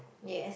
yes